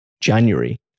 January